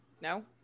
No